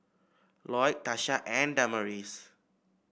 Loyd Tasha and Damaris